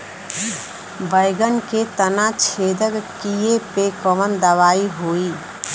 बैगन के तना छेदक कियेपे कवन दवाई होई?